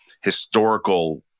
historical